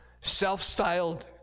self-styled